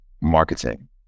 marketing